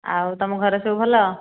ଆଉ ତମ ଘରେ ସବୁ ଭଲ